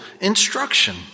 instruction